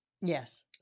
Yes